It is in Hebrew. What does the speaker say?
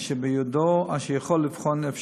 אשר יכול לבחון,